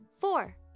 Four